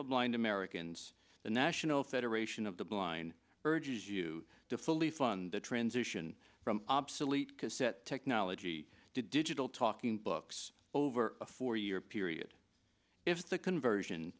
of blind americans the national federation of the blind urges you to fully fund the transition from obsolete cassette technology to digital talking books over a four year period if the conversion